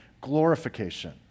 glorification